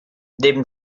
neben